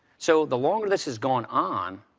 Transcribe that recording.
so the longer this has gone on,